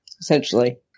essentially